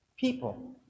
people